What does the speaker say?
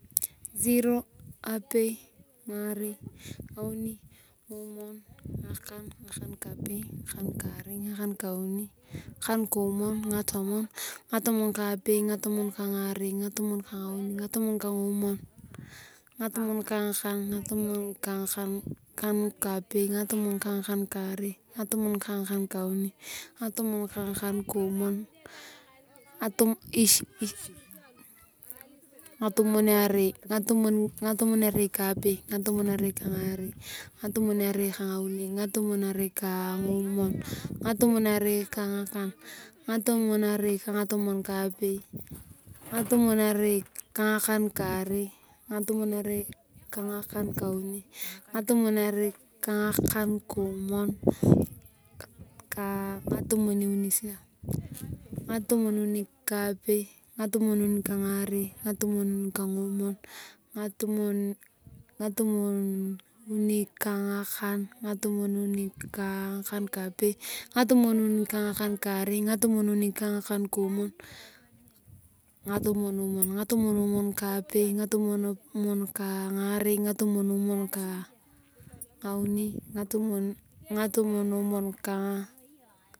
Siro apei ngarei ngauni ngomwon ngakaa ngakan kapei ngakan karei ngakan kauni ngakan kamwon ngatomon ngatomon kapei ngatomon kangarei ngatomon kangauni ngatomon kangomwon ngatomon kangakan ngatomon kangakan kapei ngakomo kangankarei ngatomon kangan kauni ngatomo kangakan komwon ngatumuniarei ngatumuniarei kapei ngatumuniarei kangarei ngatumuniare kanguni ngatumiarei kangomwon ngatumuniarei kangakan ngatumuniarei kangakan kapei ngatumiarei kangakan karei ngatumuniarei kangakan kauni ngatumuniarei kangakan komwon ngatumuniani ngatumununi kapei ngatumununi kangarei ngatumununi kangauni ngatumununi kangomwon ngatumununi kangakaa ngatumununi kangankapei ngatumununi kangakan karei ngatumununi kangan kauni ngatumununi kangan komwom ngatumunmwon ngatumunmwon kapei ngatumunu mwon kangarei ngatummwon kangauni.